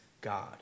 God